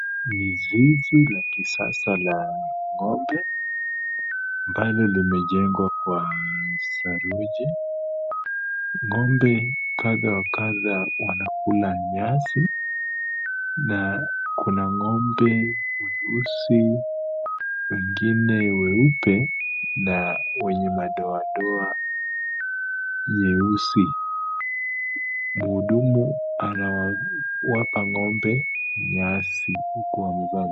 Ni zizi la kisasa la ng'ombe, ambalo limejengwa kwa saruji. Ng'ombe kadha wa kadha wanakula nyasi, na kuna ng'ombe weusi wengine weupe na wenye madoadoa nyeusi. Mhudumu anawapa ng'ombe nyasi huku amevaa.